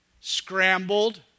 Scrambled